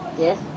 Yes